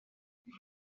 god